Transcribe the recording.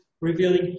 revealing